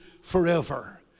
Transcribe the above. forever